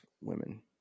women